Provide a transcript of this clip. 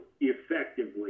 effectively